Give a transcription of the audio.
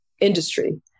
industry